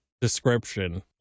description